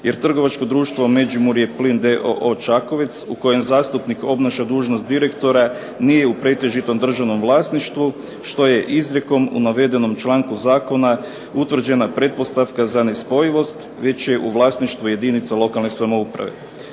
jer trgovačko društvo "MEĐIMURJE-PLIN d.o.o." Čakovec u kojem zastupnik obnaša dužnost direktora nije u pretežitom državnom vlasništvu što je izrijekom u navedenom članku zakona utvrđena pretpostavka za nespojivost, već je u vlasništvu jedinica lokalne samouprave.